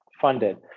funded